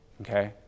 Okay